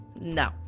no